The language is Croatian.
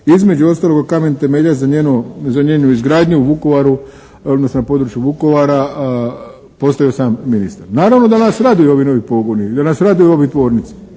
između ostaloga kamen temeljac za njenu izgradnju u Vukovaru, odnosno na području Vukovara postavio sam ministar. Naravno da nas raduju ovi novi pogoni i da nas raduju ove tvornice,